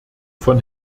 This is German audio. von